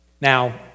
Now